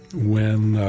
when